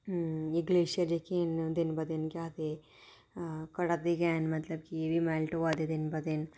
एह् गलेशियर जेह्के न दिन बा दिन केह् आखदे न आं फड़ा दे गै न मतलब कि एह्बी मैल्ट होआ दे दिनो दिन